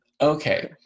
Okay